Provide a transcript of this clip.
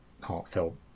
heartfelt